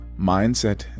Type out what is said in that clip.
Mindset